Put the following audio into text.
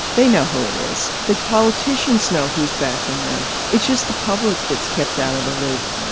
they know who it is. the politicians know who's backing them. it's just the public that's kept out of the loop